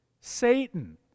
Satan